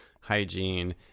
hygiene